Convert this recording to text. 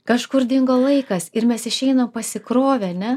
kažkur dingo laikas ir mes išeinam pasikrovę ane